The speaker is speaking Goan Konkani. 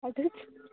हय